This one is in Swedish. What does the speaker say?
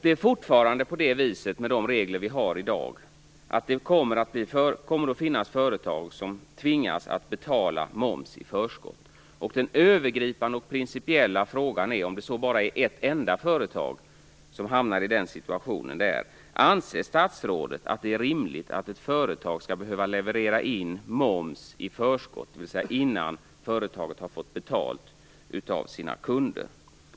Det är fortfarande så, med de regler vi har i dag, att det kommer att finnas företag som tvingas att betala moms i förskott. Den övergripande och principiella frågan, om det så bara är ett enda företag som hamnar i den situationen, är: Anser statsrådet att det är rimligt att ett företag skall behöva leverera in moms i förskott, dvs. innan företaget har fått betalt av sina kunder?